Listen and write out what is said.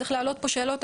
צריך להעלות פה שאלות,